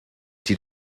die